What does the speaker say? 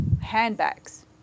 handbags